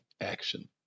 action